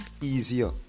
easier